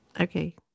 Okay